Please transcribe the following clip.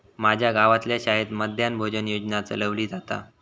माज्या गावातल्या शाळेत मध्यान्न भोजन योजना चलवली जाता